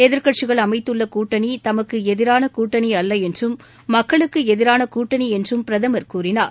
எதிர்கட்சிகள் அமைத்துள்ள கூட்டணி தமக்கு எதிரான கூட்டணி அல்ல என்றும் மக்களுக்கு எதிரான கூட்டணி என்று பிரதமர் கூறினார்